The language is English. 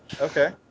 Okay